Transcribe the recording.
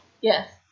Yes